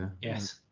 Yes